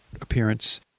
appearance